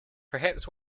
perhaps